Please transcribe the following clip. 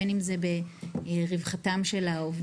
ובין אם זה רווחתם של העובדים,